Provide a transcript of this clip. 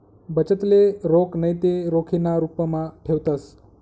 बचतले रोख नैते रोखीना रुपमा ठेवतंस